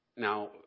Now